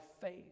faith